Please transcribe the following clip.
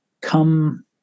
come